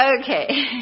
Okay